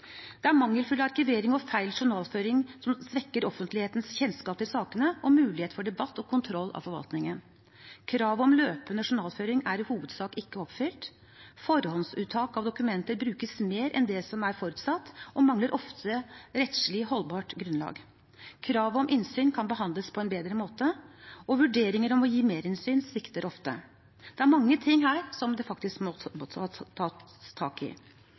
Det er mangelfull arkivering og feil journalføring, noe som svekker offentlighetens kjennskap til sakene og mulighet for debatt og kontroll av forvaltningen. Kravet om løpende journalføring er i hovedsak ikke oppfylt. Forhåndsuttak av dokumenter brukes mer enn det som er forutsatt, og mangler ofte rettslig holdbart grunnlag. Krav om innsyn kan behandles på en bedre måte. Vurderinger om å gi merinnsyn svikter ofte. Det er mye her som det faktisk må tas tak i.